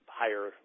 higher